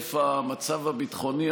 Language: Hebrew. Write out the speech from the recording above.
חרף המצב הביטחוני,